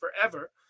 forever